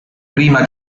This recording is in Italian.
prima